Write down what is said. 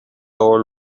old